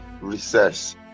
recess